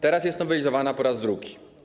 Teraz jest nowelizowana po raz drugi.